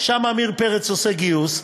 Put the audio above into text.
שם עמיר פרץ עושה גיוס,